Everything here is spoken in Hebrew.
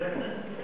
אדוני היושב-ראש,